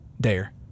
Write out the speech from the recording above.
Dare